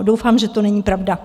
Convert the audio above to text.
Doufám, že to není pravda.